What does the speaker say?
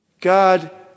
God